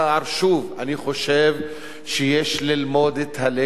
אני חושב שיש ללמוד את הלקח העיקרי.